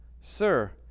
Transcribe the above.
Sir